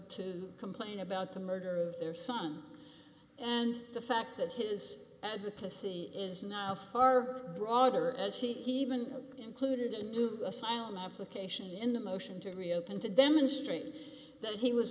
to complain about the murder of their son and the fact that his advocacy is now far broader as he even included a new asylum application in a motion to reopen to demonstrate that